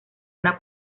una